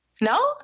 No